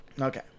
Okay